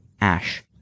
ash